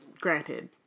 granted